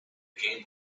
game